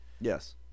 Yes